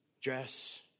dress